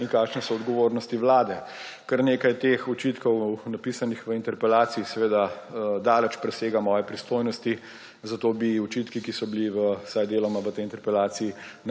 in kakšne so odgovornosti vlade. Kar nekaj teh očitkov, napisanih v interpelaciji, seveda daleč presega moje pristojnosti, zato bi lahko bili očitki, ki so bili vsaj deloma v tej interpelaciji